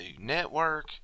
network